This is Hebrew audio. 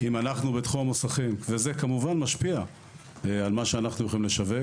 בתחום המוסכים זה כמובן משפיע על מה שאנחנו יכולים לשווק,